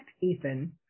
Ethan